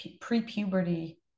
pre-puberty